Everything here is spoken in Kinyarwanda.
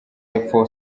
y’epfo